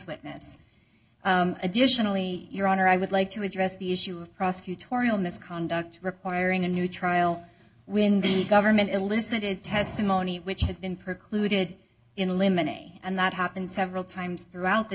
witness additionally your honor i would like to address the issue of prosecutorial misconduct requiring a new trial when the government elicited testimony which had been precluded in eliminating and that happened several times throughout the